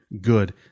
good